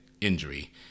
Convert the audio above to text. injury